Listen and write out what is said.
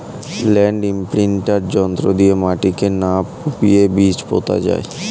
land imprinter যন্ত্র দিয়ে মাটিকে না কুপিয়ে বীজ পোতা যায়